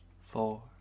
four